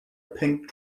pink